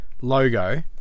logo